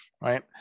right